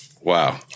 Wow